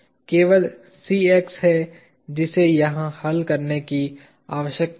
केवल Cx है जिसे यहां हल करने की आवश्यकता है